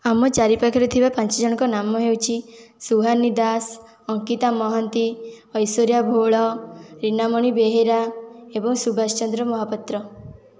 ଆମ ଚାରି ପାଖରେ ଥିବା ପାଞ୍ଚ ଜଣଙ୍କ ନାମ ହେଉଛି ସୁହାନୀ ଦାସ ଅଙ୍କିତା ମହାନ୍ତି ଐଶୋରଇୟା ଭୋଳ ରିନାମଣି ବେହେରା ଏବଂ ସୁଭାଷ ଚନ୍ଦ୍ର ମହାପାତ୍ର